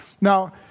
Now